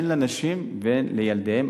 הן לנשים והן לילדיהן.